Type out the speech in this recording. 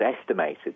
estimated